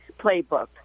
playbook